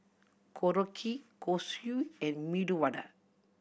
Korokke Kosui and Medu Vada